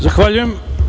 Zahvaljujem.